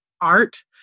art